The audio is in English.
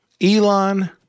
Elon